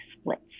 splits